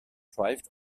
thrived